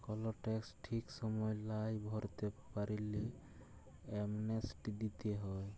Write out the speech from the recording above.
call tax ঠিক সময় লায় ভরতে পারল্যে, অ্যামনেস্টি দিতে হ্যয়